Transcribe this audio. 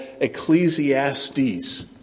Ecclesiastes